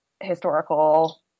historical